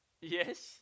yes